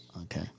Okay